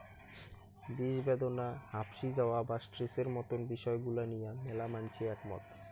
বিষব্যাদনা, হাপশি যাওয়া বা স্ট্রেসের মতন বিষয় গুলা নিয়া ম্যালা মানষি একমত